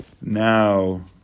Now